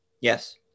yes